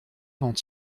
avant